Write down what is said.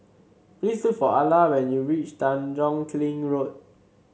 please look for Ala when you reach Tanjong Kling Road